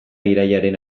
irailaren